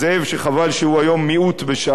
שחבל שהוא היום מיעוט בש"ס,